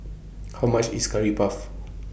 How much IS Curry Puff